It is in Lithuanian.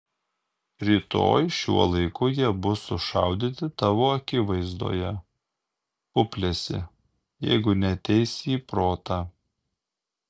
rytoj šiuo laiku jie bus sušaudyti tavo akivaizdoje puplesi jeigu neateisi į protą